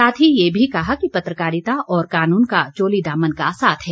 साथ ही ये भी कहा कि पत्रकारिता और कानून का चोली दामन का साथ है